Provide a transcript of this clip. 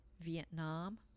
Vietnam